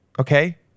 okay